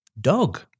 Dog